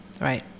right